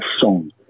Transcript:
song